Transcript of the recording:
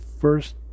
first